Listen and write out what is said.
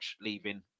leaving